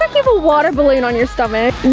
um you have a water balloon on your stomach.